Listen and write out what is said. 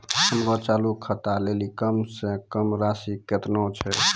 हमरो चालू खाता लेली कम से कम राशि केतना छै?